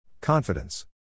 Confidence